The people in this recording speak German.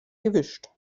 gewischt